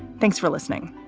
thanks for listening.